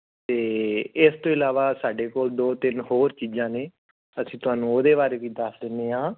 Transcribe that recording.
ਅਤੇ ਇਸ ਤੋਂ ਇਲਾਵਾ ਸਾਡੇ ਕੋਲ ਦੋ ਤਿੰਨ ਹੋਰ ਚੀਜ਼ਾਂ ਨੇ ਅਸੀਂ ਤੁਹਾਨੂੰ ਉਹਦੇ ਬਾਰੇ ਵੀ ਦੱਸ ਦਿੰਦੇ ਹਾਂ